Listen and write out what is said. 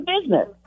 business